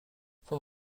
from